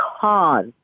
cause